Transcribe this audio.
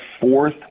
fourth